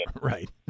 Right